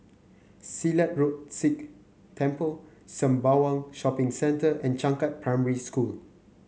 Silat Road Sikh Temple Sembawang Shopping Centre and Changkat Primary School